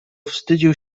wstydził